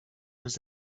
his